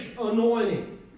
anointing